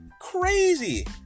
crazy